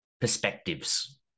perspectives